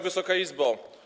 Wysoka Izbo!